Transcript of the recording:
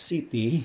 City